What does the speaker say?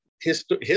history